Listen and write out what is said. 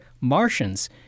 Martians